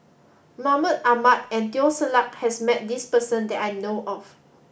Mahmud Ahmad and Teo Ser Luck has met this person that I know of